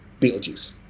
Beetlejuice